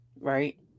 right